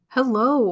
Hello